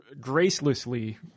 gracelessly